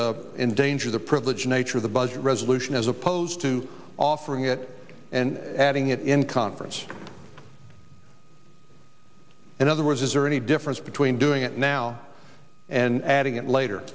endanger the privilege nature of the budget resolution as opposed to offering it and adding it in conference and other words is there any difference between doing it now and adding it later